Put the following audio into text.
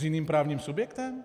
S jiným právním subjektem?